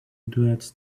duets